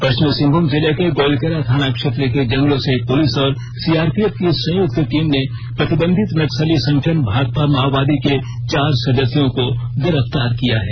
पश्चिमी सिंहभूम जिले के गोइलकेरा थाना क्षेत्र के जंगलों से पुलिस और सीआरपीएफ की संयुक्त टीम ने प्रतिबंधित नक्सली संगठन भाकपा माओवादी के चार सदस्यों को गिरफ्तार किया है